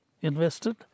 invested